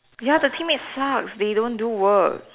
ya the teammate sucks they don't do work